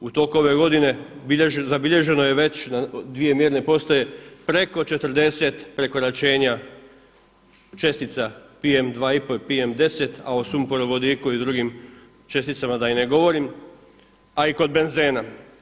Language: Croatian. U toku ove godine zabilježeno je već na dvije mjerne postaje preko 40 prekoračenja čestica PM 2,5 i PM 10, a o sumoporovodiku i drugim česticama da i ne govorim, a i kod benzena.